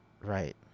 right